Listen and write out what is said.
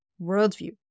worldview